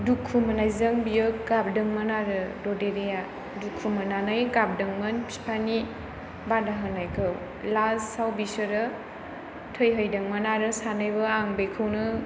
दुखु मोननायजों बियो गाबदोंमोन आरो ददेरेया दुखु मोननानै गाबदोंमोन बिफानि बादा होनायखौ लासआव बिसोरो थैहैदोंमोन आरो सानैबो आं बेखौनो